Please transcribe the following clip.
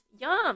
yum